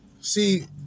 See